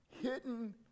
Hidden